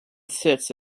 sits